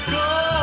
go